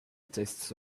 tastes